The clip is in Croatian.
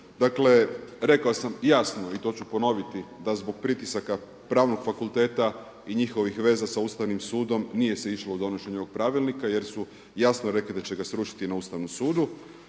Dakle, rekao sam jasno i to ću ponoviti da zbog pritisaka Pravnog fakulteta i njihovih veza sa Ustavnim sudom nije se išlo u donošenje ovog pravilnika jer su jasno rekli da će ga srušiti na Ustavnom sudu.